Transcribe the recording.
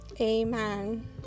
Amen